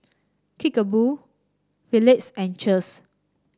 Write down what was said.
Kickapoo Phillips and Cheers